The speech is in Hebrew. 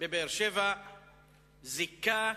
בבאר-שבע זיכה